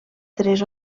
tres